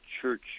church